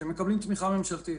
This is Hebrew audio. שמקבלים תמיכה ממשלתית,